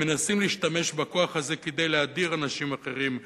הם מנסים להשתמש בכוח הזה כדי להדיר אנשים אחרים,